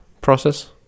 process